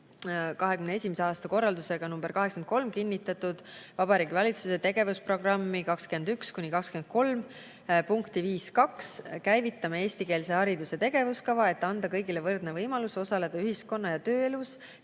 2021. aasta korraldusega nr 83 kinnitatud "Vabariigi Valitsuse tegevusprogrammi 2021–2023" punkti 5.2 "Käivitame eestikeelse hariduse tegevuskava, et anda kõigile võrdne võimalus osaleda ühiskonna- ja tööelus